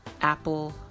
Apple